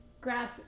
grass